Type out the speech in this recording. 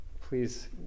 please